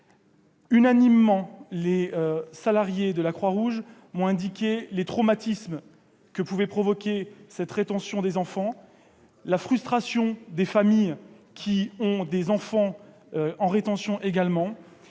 Unanimement, les salariés de la Croix-Rouge m'ont parlé des traumatismes que pouvait provoquer cette rétention des enfants, et de la frustration des familles qui ont des enfants en zone de rétention.